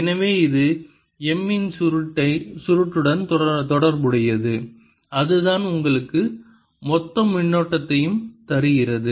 எனவே இது M இன் சுருட்டுடன் தொடர்புடையது அதுதான் உங்களுக்கு மொத்த மின்னோட்டத்தையும் தருகிறது